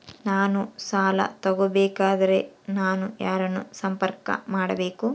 ನಾನು ಸಾಲ ತಗೋಬೇಕಾದರೆ ನಾನು ಯಾರನ್ನು ಸಂಪರ್ಕ ಮಾಡಬೇಕು?